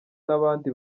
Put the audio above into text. n’abandi